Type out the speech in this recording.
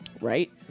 right